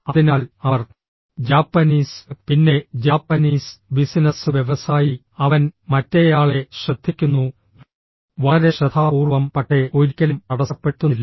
അതിനാൽ അവർ ജാപ്പനീസ് പിന്നെ ജാപ്പനീസ് ബിസിനസ്സ് വ്യവസായി അവൻ മറ്റേയാളെ ശ്രദ്ധിക്കുന്നു വളരെ ശ്രദ്ധാപൂർവ്വം പക്ഷേ ഒരിക്കലും തടസ്സപ്പെടുത്തുന്നില്ല